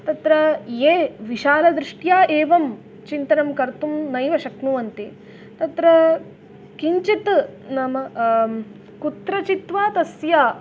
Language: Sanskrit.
तत्र ये विशालदृष्ट्या एवं चिन्तनं कर्तुं नैव शक्नुवन्ति तत्र किञ्चित् नाम कुत्रचित् वा तस्य